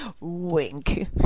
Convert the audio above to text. Wink